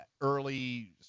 Early